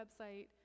website